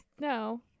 No